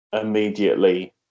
immediately